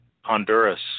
honduras